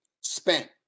spent